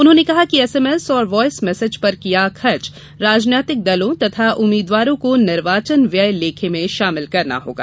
उन्होंने कहा कि एसएमएस और वॉयस मैसेज पर किया खर्च राजनेतिक दलों तथा उम्मीदवारों को निर्वाचन व्यय लेखे में शामिल करना होगा